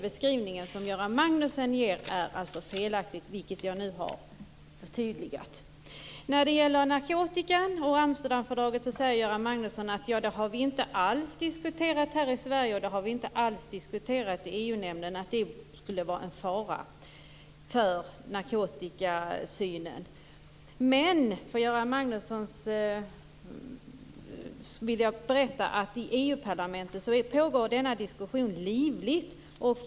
Göran Magnussons beskrivning är alltså felaktig, vilket jag nu har förtydligat. Narkotikan och Amsterdamfördraget har vi inte alls diskuterat här i Sverige, säger Göran Magnusson, och det har inte diskuterats i EU-nämnden att det skulle vara en fara för synen på narkotikan. Jag kan då berätta för Göran Magnusson att denna diskussion är livlig i EU-parlamentet.